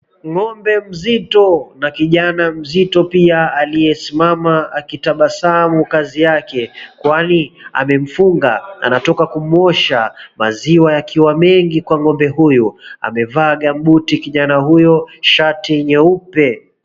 Ng'ombe mzito na kijana mzito pia aliyesimama akitabasamu kazi yake, kwanii amemfunga anatokakumuosha, maziwa yakiwa mengi kwa ng'ombe huyo. Amevaa gambuti kijani huyo shati nyeupe.